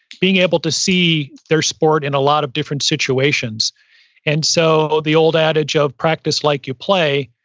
being able to see their sport in a lot of different situations and so the old adage of, practice like you play,